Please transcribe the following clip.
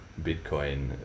Bitcoin